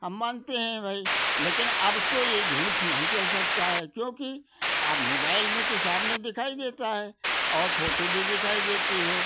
हम मानते हैं भई लेकिन अब तो ये झूठ नहीं चल सकता है क्योंकि अब मोबाइल में तो सामने दिखाई देता है और फोटू भी दिखाई देती है